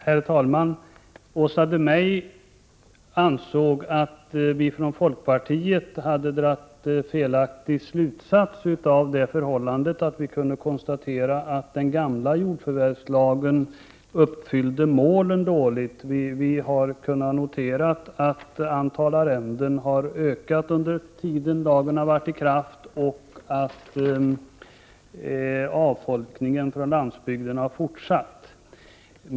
Herr talman! Åsa Domeij ansåg att folkpartiet hade dragit en felaktig slutsats av det förhållandet att det kunde konstateras att den gamla jordförvärvslagen uppfyllde målen dåligt. Antalet arrenden har ökat under den tid som lagen har varit i kraft, och avfolkningen av landsbygden har fortsatt.